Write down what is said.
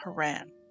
Haran